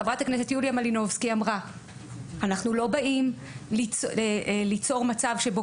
חברת הכנסת יוליה מלינובסקי אמרה שאנחנו לא באים ליצור מצב שבו